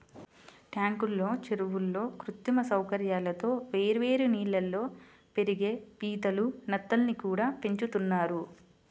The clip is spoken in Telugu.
ట్యాంకుల్లో, చెరువుల్లో కృత్రిమ సౌకర్యాలతో వేర్వేరు నీళ్ళల్లో పెరిగే పీతలు, నత్తల్ని కూడా పెంచుతున్నారు